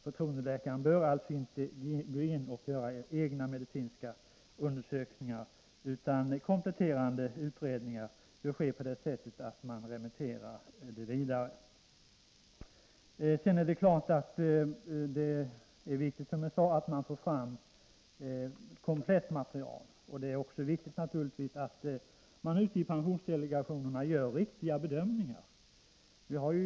Förtroendeläkaren bör inte gå in och göra egna medicinska undersökningar. Kompletterande utredningar bör ske på det sättet att man remitterar patienten vidare. Det är givetvis viktigt att få fram ett komplett material och att pensionsdelegationerna gör riktiga bedömningar.